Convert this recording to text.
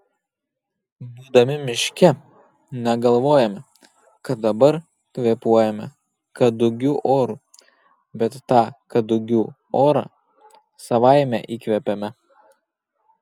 būdami miške negalvojame kad dabar kvėpuojame kadugių oru bet tą kadugių orą savaime įkvepiame